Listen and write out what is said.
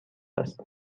است